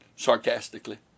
sarcastically